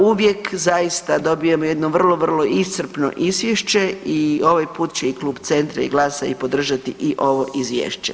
Uvijek zaista dobijemo jedno vrlo, vrlo iscrpno izvješće i ovaj put će i Klub Centra i GLAS-a i podržati i ovo izvješće.